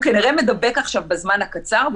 הוא כנראה מדבק עכשיו בזמן הקצר,